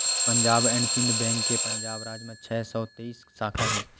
Punjab and Sind bank के पंजाब राज म छै सौ तेइस साखा हे